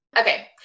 Okay